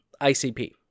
ICP